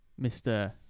Mr